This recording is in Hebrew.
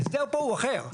ההסדר פה הוא אחר,